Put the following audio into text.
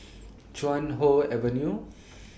Chuan Hoe Avenue